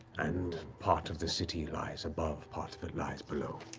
and part of the city lies above, part of it lies below.